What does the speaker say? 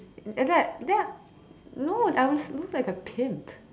that that no I was looked like a pimp